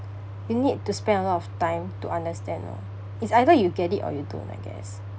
you need to spend a lot of time to understand lor it's either you get it or you don't I guess